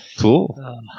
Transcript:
Cool